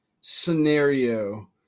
scenario